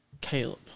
Caleb